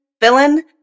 villain